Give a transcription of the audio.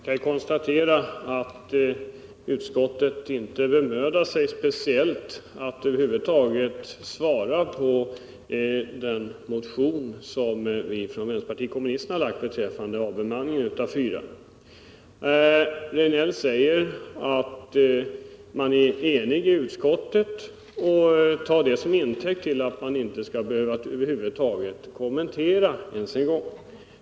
Herr talman! Jag kan konstatera att utskottet inte bemödar sig speciellt mycket när det gäller den motion som vi från vänsterpartiet kommunisterna har väckt beträffande avbemanningen av fyrar. Eric Rejdnell säger att utskottet är enigt, och han tar det som intäkt för att man över huvud taget inte ens skall behöva kommentera motionen.